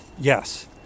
yes